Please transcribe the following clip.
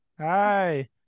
Hi